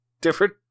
different